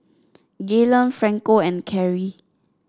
Gaylon Franco and Carrie